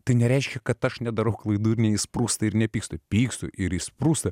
tai nereiškia kad aš nedarau klaidų ir neišsprūsta ir nepykstu pykstu ir išsprūsta